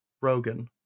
Rogan